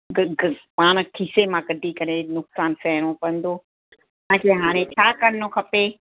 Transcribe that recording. ग ग पाण खीसे मां कढी करे नुक़सानु सहणो पवंदो पाण खे हाणे छा करिणो खपे